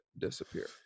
disappear